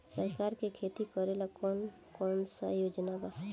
सरकार के खेती करेला कौन कौनसा योजना बा?